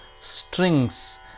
strings